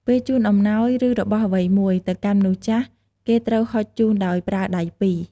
ពេលជូនអំណោយ ឬ របស់អ្វីមួយ ទៅកាន់មនុស្សចាស់ គេត្រូវហុចជូនដោយប្រើដៃពីរ។